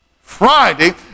Friday